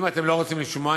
אם אתם לא רוצים לשמוע,